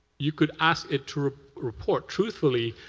you could ask it to report truthfully,